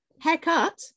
Haircut